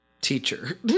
teacher